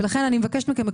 ולכן אני מבקשת מכם,